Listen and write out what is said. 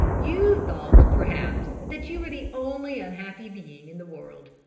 you thought, perhaps, that you were the only unhappy being in the world.